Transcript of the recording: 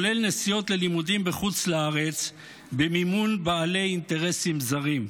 כולל נסיעות ללימודים בחוץ לארץ במימון בעלי אינטרסים זרים,